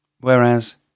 whereas